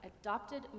adopted